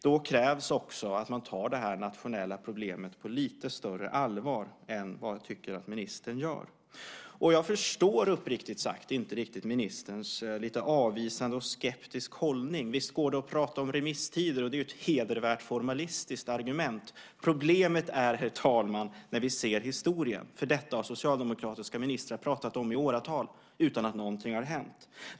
Då krävs också att man tar det här nationella problemet på lite större allvar än vad jag tycker att ministern gör. Jag förstår uppriktigt sagt inte riktigt ministerns lite avvisande och skeptiska hållning. Visst går det att prata om remisstider. Det är ju ett hedervärt formalistiskt argument. Problemet är, herr talman, att vi kan se på historien. Detta har socialdemokratiska ministrar pratat om i åratal utan att någonting har hänt.